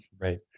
right